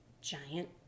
giant